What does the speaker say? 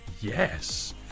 yes